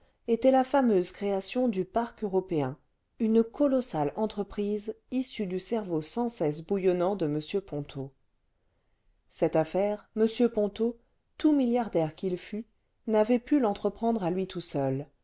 était la fameuse création du parc européen une colossale entreprise issue du cerveau sans cesse bouillonnant de m ponto cette affaire m ponto tout milliardaire qu'il fût n'avait pu l'entreprendre à lui tout seul